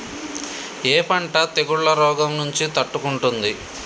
ఏ పంట తెగుళ్ల రోగం నుంచి తట్టుకుంటుంది?